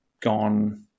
gone